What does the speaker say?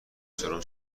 سرم